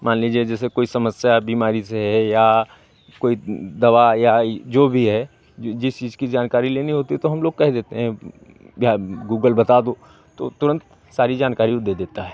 मान लीजिए जैसे कोई समस्या है बीमारी से है या कोई दवा या ई जो भी है जो जिस चीज़ की जानकारी लेनी होती है तो हम लोग कह देते हैं या गूगल बता दो तो तुरंत सारी जानकारी वो दे देता है